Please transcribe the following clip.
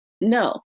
No